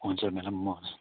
हुन्छ म्याडम म